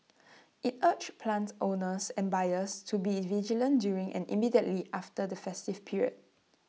IT urged plant owners and buyers to be vigilant during and immediately after the festive period